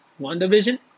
Wandavision